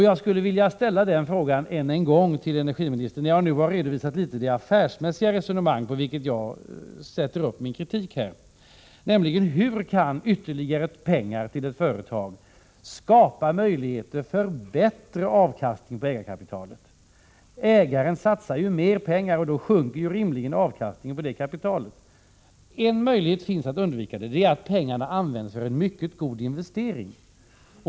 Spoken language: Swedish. Jag skulle vilja ställa frågan än en gång till energiministern, när jag nu har redovisat litet av det affärsmässiga resonemang på vilket jag sätter upp min kritik: Hur kan ytterligare pengar till ett företag skapa möjligheter för bättre avkastning på ägarkapitalet? Ägaren satsar ju mera pengar, och då sjunker rimligen avkastningen på det satsade kapitalet. En möjlighet finns att undvika detta, och det är att pengarna används för en mycket god investering.